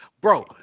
bro